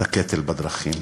את הקטל בדרכים?